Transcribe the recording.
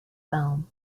film